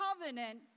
covenant